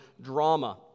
drama